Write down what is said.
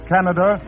Canada